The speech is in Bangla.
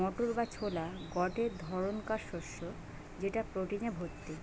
মোটর বা ছোলা গটে ধরণকার শস্য যেটা প্রটিনে ভর্তি